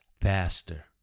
faster